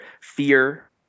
fear